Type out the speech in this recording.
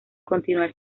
continuar